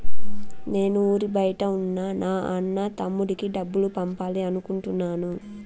నేను ఊరి బయట ఉన్న నా అన్న, తమ్ముడికి డబ్బులు పంపాలి అనుకుంటున్నాను